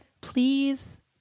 please